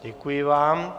Děkuji vám.